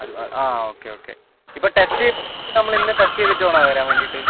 അ okay okay ഇപ്പോൾ test ചെയ്തിട്ട് നമ്മൾ ഇന്ന് ടെസ്റ്റ് ചെയ്തിട്ട് വേണോ വരാൻ വേണ്ടിയിട്ട്